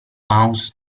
mouse